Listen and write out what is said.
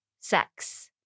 sex